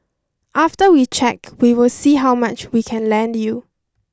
after we check we will see how much we can lend you